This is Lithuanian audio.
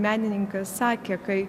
menininkas sakė kai